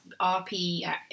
RP